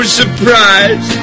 surprise